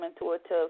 intuitive